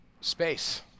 space